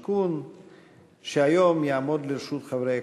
שמובילים את הנושא.